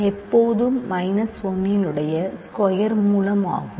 எப்போதும் 1 இன் ஸ்கொயர் மூலமாகும்